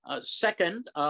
Second